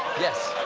yes.